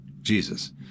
Jesus